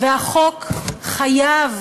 והחוק חייב